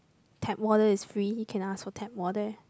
tap water is free you can ask for tap water